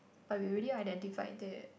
but we already identified that